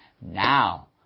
now